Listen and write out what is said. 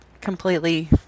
completely